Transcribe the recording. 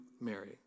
Mary